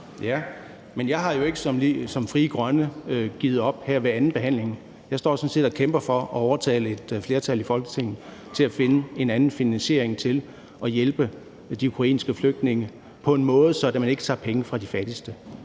Men jeg har jo ikke som Frie Grønne givet op her ved andenbehandlingen. Jeg står sådan set og kæmper for at overtale et flertal i Folketinget til at finde en anden finansiering til at hjælpe de ukrainske flygtninge på en måde, så man ikke tager penge fra de fattigste.